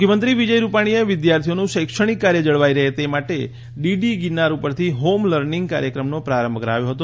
મુખ્યમંત્રી વિજય રૂપાણીએ વિદ્યાર્થીઓનું શૈક્ષણિક કાર્ય જળવાઈ રહે તે માટે ડીડી ગિરનાર ઉપરથી હોમ લર્નિંગ કાર્યક્રમનો પ્રારંભ કરાવ્યો હતો